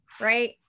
right